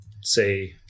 say